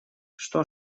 что